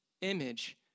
image